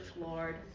Lord